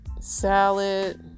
salad